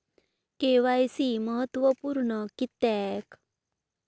KYC महत्त्वपुर्ण किद्याक?